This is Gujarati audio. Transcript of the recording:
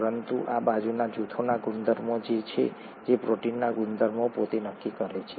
પરંતુ આ બાજુના જૂથોના ગુણધર્મો છે જે પ્રોટીનના ગુણધર્મો પોતે નક્કી કરે છે